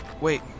Wait